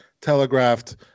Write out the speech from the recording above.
telegraphed